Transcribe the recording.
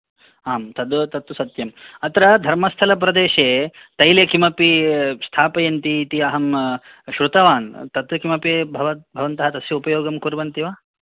आम् तद् तत् तु सत्यम् अत्र धर्मस्थलप्रदेशे तैले किमपि स्थापयन्ति इति अहं श्रुतवान् तत् किमपि भवन्तः तस्य उपयोगं कुर्वन्ति वा